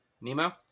Nemo